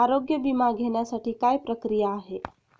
आरोग्य विमा घेण्यासाठी काय प्रक्रिया आहे?